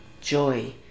joy